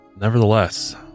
nevertheless